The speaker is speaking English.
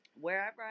wherever